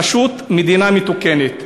פשוט מדינה מתוקנת.